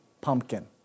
pumpkin